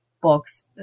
books